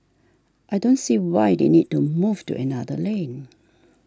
I don't see why they need to move to another lane